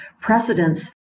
precedents